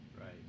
Right